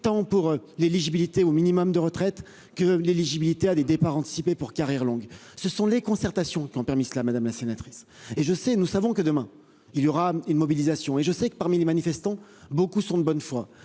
de leur éligibilité au minimum de retraite, mais aussi à des départs anticipés pour carrière longue. Ce sont les concertations qui ont permis cela, madame la sénatrice ! Nous savons que, demain, il y aura une mobilisation ; je sais que, parmi les manifestants, beaucoup sont de bonne foi,